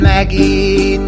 Maggie